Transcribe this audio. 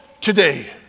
today